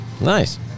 Nice